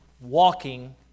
walking